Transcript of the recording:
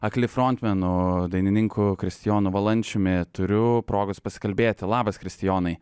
akli frontmenu dainininku kristijonu valančiumi turiu progos pasikalbėti labas kristijonai